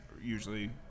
usually